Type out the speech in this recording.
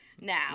now